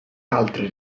altre